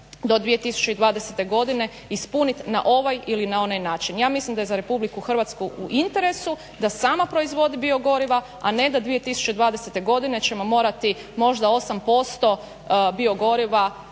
do 2020. godine ispunit na ovaj ili na onaj način. Ja mislim da je za RH u interesu da sama proizvodi biogoriva a ne da 2020. godine ćemo morati možda 8% bogoriva